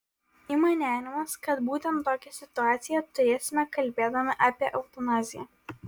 ima nerimas kad būtent tokią situaciją turėsime kalbėdami apie eutanaziją